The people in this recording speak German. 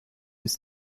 ist